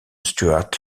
stuart